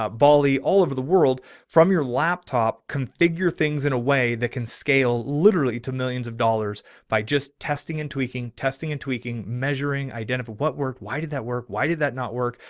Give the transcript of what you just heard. ah bali all over the world from your laptop, configure things in a way that can scale literally to millions of dollars by just testing and tweaking testing and tweaking, measuring identify what worked, why did that work? why did that not work?